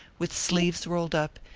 with sleeves rolled up,